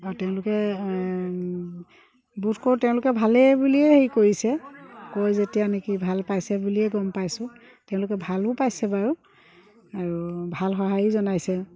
আৰু তেওঁলোকে বোধকৰোঁ তেওঁলোকে ভালেই বুলিয়ে হেৰি কৰিছে কয় যেতিয়া নেকি ভাল পাইছে বুলিয়ে গম পাইছোঁ তেওঁলোকে ভালো পাইছে বাৰু আৰু ভাল সঁহাৰিও জনাইছে